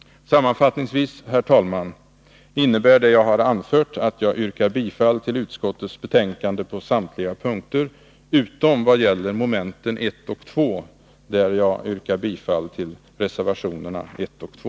Sammanfattningsvis innebär, herr talman, det jag anfört att jag yrkar bifall till utskottets hemställan på samtliga punkter utom momenten 1 och 2, där jag yrkar bifall till reservationerna 1 och 2.